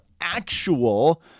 actual